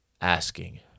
asking